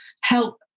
help